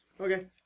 okay